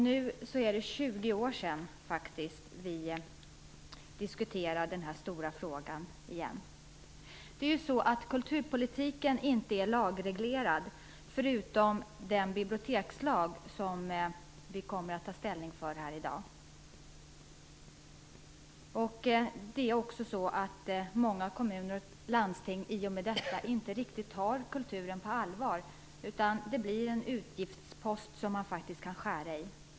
Nu är det 20 år sedan som vi diskuterade denna stora fråga. Kulturpolitiken är ju inte lagreglerad, bortsett från den bibliotekslag som vi kommer att ta ställning för här i dag. Många kommuner och landsting tar inte kulturen riktigt på allvar, utan den betraktas som en utgiftspost som man kan skära i.